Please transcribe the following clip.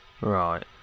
Right